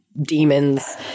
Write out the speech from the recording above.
demons